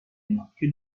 اینا، که